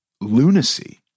lunacy